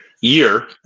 year